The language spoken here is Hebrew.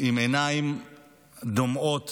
בעיניים דומעות